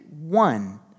one